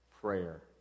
prayer